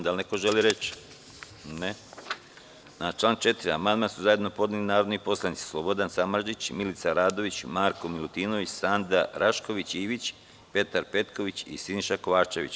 Da li neko želi reč? (Ne) Na član 4. amandman su zajedno podneli narodni poslanici Slobodan Samardžić, Milica Radović, Marko Milutinović, Sanda Rašković-Ivić, Petar Petković i Siniša Kovačević.